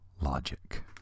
logic